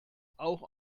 auch